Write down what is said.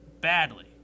badly